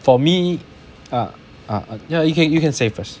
for me uh uh yeah you can you can say first